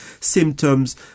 symptoms